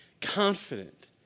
confident